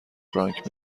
فرانک